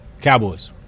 Cowboys